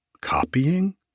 Copying